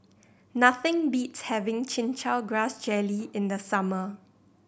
nothing beats having Chin Chow Grass Jelly in the summer